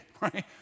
right